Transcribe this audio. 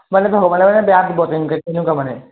মানে ভগৱানে মানে বেয়া এনেকুৱা মানে